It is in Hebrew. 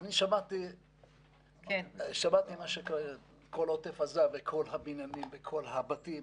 אני שמעתי לגבי כל עוטף עזה וכל הבניינים וכל הבתים,